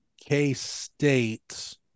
K-State